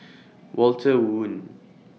Walter Woon